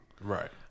Right